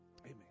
Amen